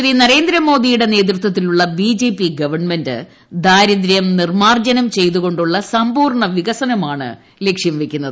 ശ്രീ നരേന്ദ്രമോദിയുടെ നേതൃത്വത്തിലുള്ള BJP government ദാരിദ്ര്യം നിർമാർജ്ജനം ചെയ്തുകൊണ്ടുള്ള സമ്പൂർണ വികസനമാണ് ലക്ഷ്യം വയ്ക്കുന്നത്